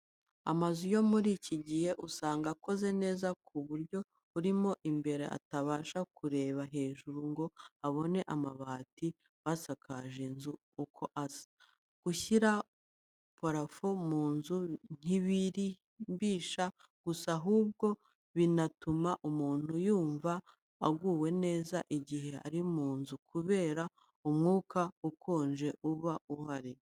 Amazu yo muri iki gihe usanga akoze neza ku buryo urimo imbere atabasha kureba hejuru ngo abone amabati basakaje inzu uko asa. Gushyira purafo mu nzu ntibiyirimbisha gusa, ahubwo binatuma umuntu yumva aguwe neza igihe ari mu nzu kubera umwuka ukonje uba uhari.